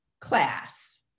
class